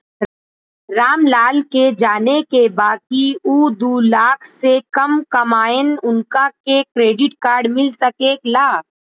राम लाल के जाने के बा की ऊ दूलाख से कम कमायेन उनका के क्रेडिट कार्ड मिल सके ला?